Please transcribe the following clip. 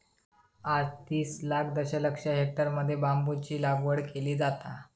आज तीस लाख दशलक्ष हेक्टरमध्ये बांबूची लागवड केली जाता